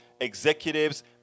executives